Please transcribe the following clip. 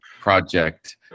project